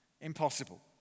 impossible